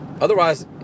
Otherwise